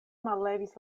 mallevis